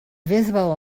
visible